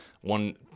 one